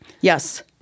Yes